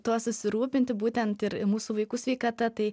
tuo susirūpinti būtent ir mūsų vaikų sveikata tai